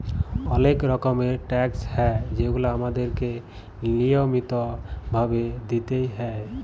অলেক রকমের ট্যাকস হ্যয় যেগুলা আমাদেরকে লিয়মিত ভাবে দিতেই হ্যয়